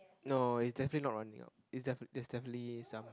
no it's definitely not running out it's defini~ it's definitely some